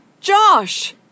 Josh